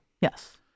Yes